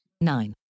nine